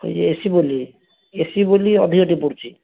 AC ବୋଲି AC ବୋଲି ଅଧିକ ଟିକେ ପଡ଼ୁଛି